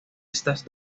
estas